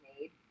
made